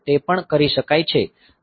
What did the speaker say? તે પણ કરી શકાય છે